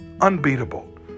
unbeatable